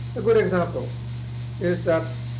a good example is that